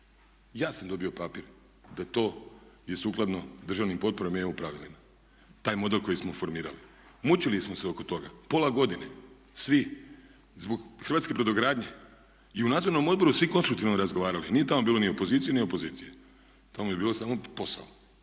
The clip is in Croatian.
ja sam dobio papir da je to sukladno državnim potporama i EU pravilima. Taj model koji smo formirali. Mučili smo se oko toga, pola godine, svi, zbog hrvatske brodogradnje. I u nadzornom odboru svi konstruktivno razgovarali, nije tamo bilo ni pozicije ni opozicije. Tamo je bio samo posao